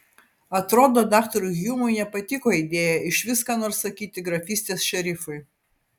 atrodo daktarui hjumui nepatiko idėja išvis ką nors sakyti grafystės šerifui